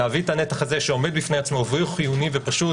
להביא את הנתח הזה שעומד בפני עצמו והוא חיוני ופשוט